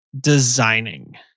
designing